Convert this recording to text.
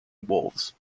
wolves